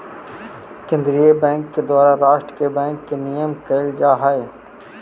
केंद्रीय बैंक के द्वारा राष्ट्र के बैंक के नियमन कैल जा हइ